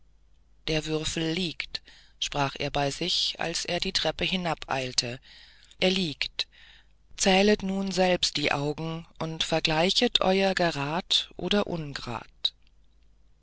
der würfel liegt sprach er bei sich als er die treppe hinabeilte er liegt zählet nun selbst die augen und vergleichet euer gerad oder ungerad